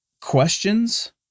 questions